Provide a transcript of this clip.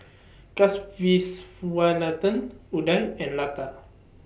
Kasiviswanathan Udai and Lata